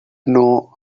know